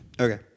Okay